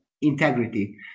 integrity